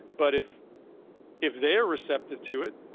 but if if they're receptive to it,